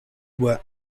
were